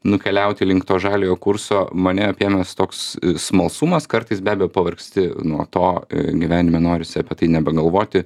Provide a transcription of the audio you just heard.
nukeliauti link to žaliojo kurso mane apėmęs toks smalsumas kartais be abejo pavargsti nuo to gyvenime norisi apie tai nebegalvoti